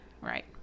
Right